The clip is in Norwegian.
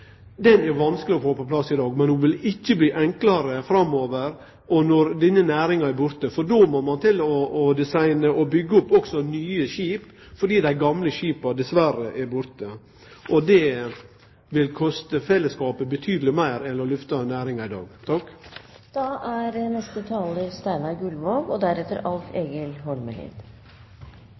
mange, er vanskeleg å få på plass i dag, men ho vil ikkje bli enklare framover og når denne næringa er borte, for då må ein til å designe og byggje nye skip, fordi dei gamle skipa dessverre er borte, og det vil koste fellesskapet betydeleg meir enn å lyfte næringa i dag.